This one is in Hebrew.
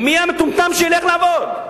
מי המטומטם שילך לעבוד?